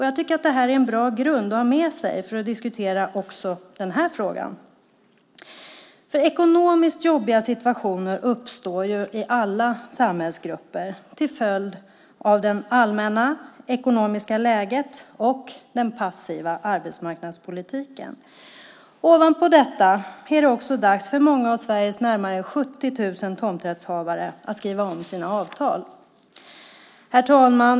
Jag tycker att detta är en bra grund att ha med sig när man diskuterar också denna fråga. Ekonomiskt jobbiga situationer uppstår i alla samhällsgrupper till följd av det allmänna ekonomiska läget och den passiva arbetsmarknadspolitiken. Ovanpå detta är det dags för många av Sveriges närmare 70 000 tomträttshavare att skriva om sina avtal. Herr talman!